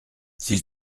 s’il